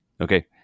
Okay